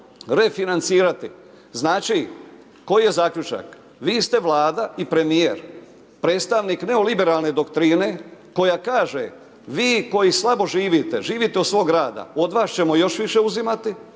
refinancirati. Znači, koji je zaključak? Vi ste Vlada i premijer, predstavnik neoliberalne doktirne koja kaže, vi koji slabo živite, živite od svog rada, od vas ćemo još više uzimati